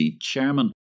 chairman